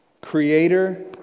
Creator